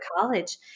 college